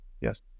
Yes